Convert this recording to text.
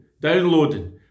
downloading